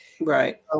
Right